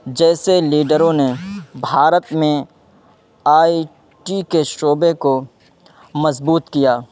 جیسے لیڈروں نے بھارت میں آئی ٹی کے شعبے کو مضبوط کیا